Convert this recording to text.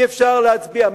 אי-אפשר להצביע בעדו.